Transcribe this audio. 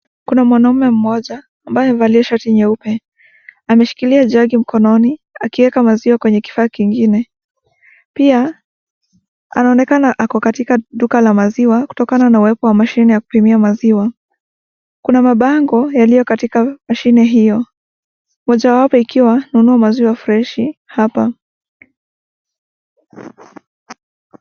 Kuna mwanaume mmoja ambaye amevalia shati nyeupe ameshikilia jagi mkononi akiweka maziwa kwenye kifaa kingine ,pia anaonekana ako katika duka la maziwa kutokana na uwepo wa mashini ya kupimia maziwa ,kuna mabango yaliyo katika mashini hiyo mojawapo ikiwa ,nunua maziwa freshi hapa.